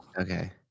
Okay